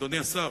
אדוני השר,